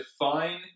define